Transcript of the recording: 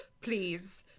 please